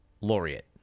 laureate